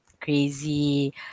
crazy